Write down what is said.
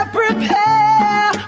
prepare